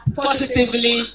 positively